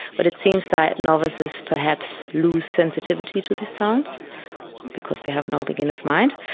but it seems that novices perhaps lose sensitivity to these sounds because they have no beginner's mind.